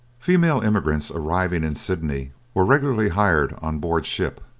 female immigrants arriving in sydney were regularly hired on board ship,